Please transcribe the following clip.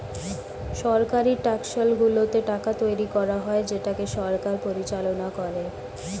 সরকারি টাকশালগুলোতে টাকা তৈরী করা হয় যেটাকে সরকার পরিচালনা করে